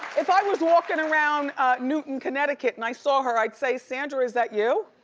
if i was walking around newtown, connecticut, and i saw her, i'd say, sandra, is that you?